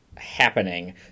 happening